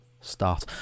start